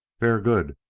ver' good,